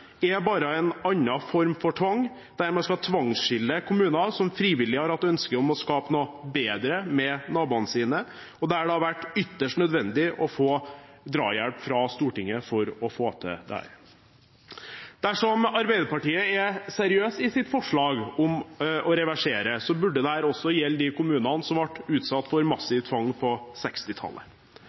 er bare en annen form for tvang – der man skal tvangsskille kommuner som frivillig har hatt ønske om å skape noe bedre med naboene sine, og der det har vært ytterst nødvendig å få drahjelp fra Stortinget for å få det til. Dersom Arbeiderpartiet er seriøst i sitt forslag om å reversere, burde det også gjelde de kommunene som ble utsatt for massiv tvang på